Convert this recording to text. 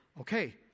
okay